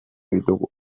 ditugu